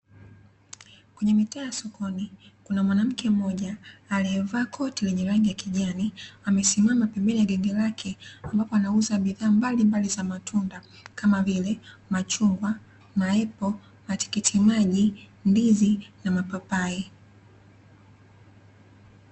Kwenye mitaa ya sokoni, kuna mwanamke mmoja aliyevaa koti lenye rangi ya kijani, amesimama pembeni ya genge lake, ambapo anauza bidhaa mbalimbali za matunda, kama vile: machungwa, maepo, matikiti maji, ndizi na mapapai.